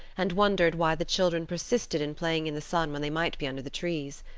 and wondered why the children persisted in playing in the sun when they might be under the trees.